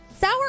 Sour